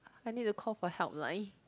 I need to call for helpline